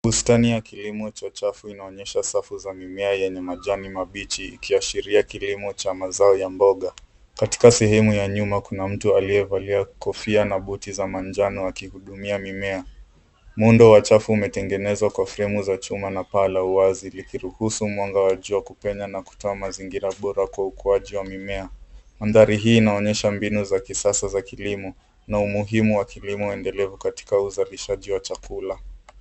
Bustani ya kilimo cha chafu inaonyesha safu za mimea yenye majani mabichi ikiashiria kilimu cha mazao ya mboga. Katika sehemu ya nyuma kuna mtu alievalia kukofia na buti za manjano akihudumia mimea. Mundo wa chafu umetengenezwa kwa fremu za chuma na pala uwazi likiruhusu mwanga wa jua kupenya na kutoa mazingira bora kwa uokoaji wa mimea. Mandhari hii inaonyesha mbinu za kisasa za kilimo na umuhimu wa kilimo endelevu katika uzalishaji wa chakula.